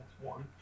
one